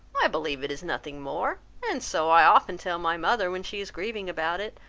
i believe it is nothing more and so i often tell my mother, when she is grieving about it.